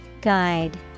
Guide